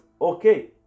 okay